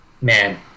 Man